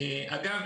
אגב,